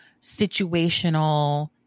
situational